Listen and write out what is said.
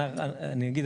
אני אגיד,